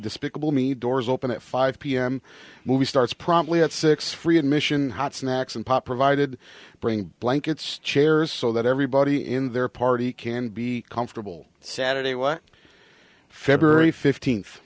despicable me doors open at five pm movie starts promptly at six free admission hot snacks and pop provided bring blankets chairs so that everybody in their party can be comfortable saturday what february fifteenth